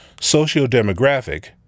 socio-demographic